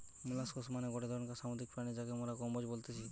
molluscs মানে গটে ধরণকার সামুদ্রিক প্রাণী যাকে মোরা কম্বোজ বলতেছি